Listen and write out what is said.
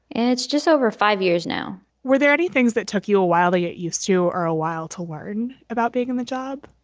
and it's just over five years now were there any things that took you a while to get used to or a while to learn about being on the job?